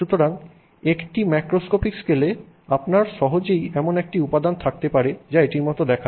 সুতরাং একটি ম্যাক্রোস্কোপিক স্কেলে আপনার সহজেই এমন একটি উপাদান থাকতে পারে যা দেখতে এটির মতো দেখায়